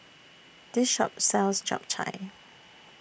This Shop sells Japchae